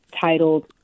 titled